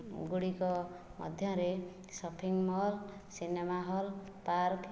ଗୁଡ଼ିକ ମଧ୍ୟରେ shopping mall cinema hall park